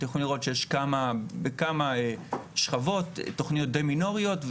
אתם יכולים לראות שיש בכמה שכבות תוכניות דיי מינוריות,